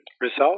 result